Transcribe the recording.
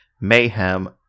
mayhem